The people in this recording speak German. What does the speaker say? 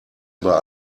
über